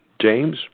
James